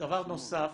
דבר נוסף,